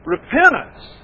Repentance